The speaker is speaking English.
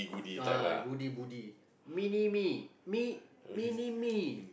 ah goody goody mini-me me mini-me